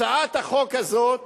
הצעת החוק הזאת